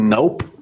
Nope